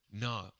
no